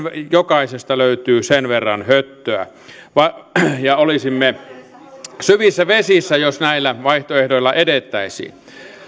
jokaisesta löytyy sen verran höttöä ja olisimme syvissä vesissä jos näillä vaihtoehdoilla edettäisiin